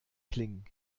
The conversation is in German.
klingen